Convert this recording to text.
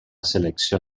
selecció